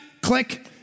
click